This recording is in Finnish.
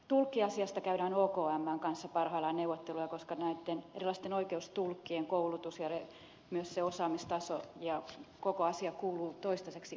tulkkiasiasta käydään okmn kanssa parhaillaan neuvotteluja koska näitten erilaisten oikeustulkkien koulutus ja myös se osaamistaso ja koko asia kuuluu toistaiseksi okmlle